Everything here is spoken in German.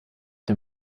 dem